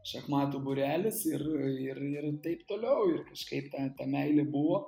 šachmatų būrelis ir ir ir taip toliau ir kažkaip ta ta meilė buvo